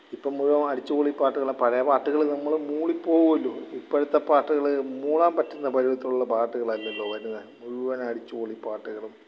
ഇപ്പം മുഴുവന് അടിച്ചുപൊളി പാട്ടുകളാണ് പഴയ പാട്ടുകൽ നമ്മൾ മൂളിപ്പോകുമല്ലോ ഇപ്പോഴത്തെ പാട്ടുകൾ മൂളാൻ പറ്റുന്ന പരിവത്തിലുള്ള പാട്ടുകളല്ലല്ലോ വരുന്നെത് മുഴുവൻ അടിച്ചുപൊളി പാട്ടുകളും